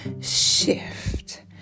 shift